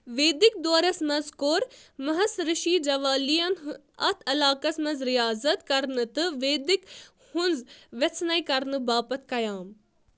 ویدِک دورس منز كو٘ر مہس رِشی جوالین اتھ علاقس منز رِیاضت كرنہٕ تہٕ ویدِک ہنز ویژھنے كرنہٕ باپتھ قیام